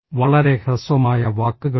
വളരെ ഹ്രസ്വമായ വാക്കുകളിൽ